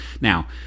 now